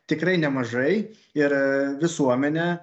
tikrai nemažai ir visuomenę